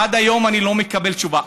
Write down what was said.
עד היום אני לא מקבל תשובה.